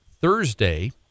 Thursday